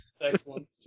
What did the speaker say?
Excellent